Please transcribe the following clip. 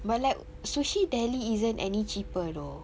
but like Sushi Deli isn't any cheaper though